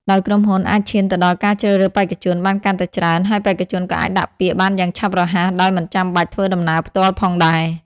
ដោយក្រុមហ៊ុនអាចឈានទៅដល់ការជ្រើសរើសបេក្ខជនបានកាន់តែច្រើន ហើយបេក្ខជនក៏អាចដាក់ពាក្យបានយ៉ាងឆាប់រហ័ស ដោយមិនចាំបាច់ធ្វើដំណើរផ្ទាល់ផងដែរ។